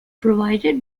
provided